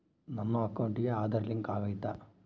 ನನ್ನ ಅಕೌಂಟಿಗೆ ಆಧಾರ್ ಲಿಂಕ್ ಆಗೈತಾ?